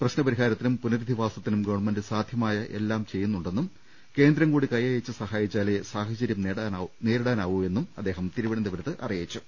പ്രശ്ന പരിഹാരത്തിനും പുനരധി വാസത്തിനും ഗവൺമെന്റ് സാധ്യമായി എല്ലാം ചെയ്യുന്നു ണ്ടെന്നും കേന്ദ്രംകൂടി കൈയയച്ച് സഹായിച്ചാലേ സാഹചര്യം നേരിടാനാവൂ എന്നും അദ്ദേഹം തിരുവനന്തപുരത്ത് അറിയി ച്ചു